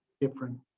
different